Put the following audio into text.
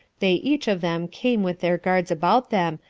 they each of them came with their guards about them,